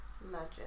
magic